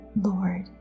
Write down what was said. Lord